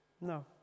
no